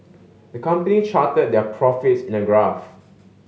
the company charted their profits in a graph